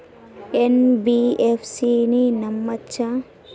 NBFC ని నమ్మచ్చా?